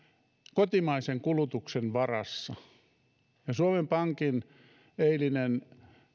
kotimaisen kulutuksen varassa ja suomen pankin eilinen